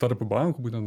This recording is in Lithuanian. tarp bankų būtent